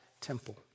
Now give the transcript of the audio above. temple